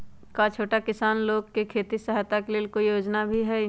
का छोटा किसान लोग के खेती सहायता के लेंल कोई योजना भी हई?